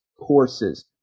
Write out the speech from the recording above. courses